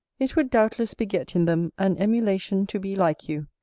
it would doubtless beget in them an emulation to be like you,